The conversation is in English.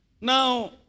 Now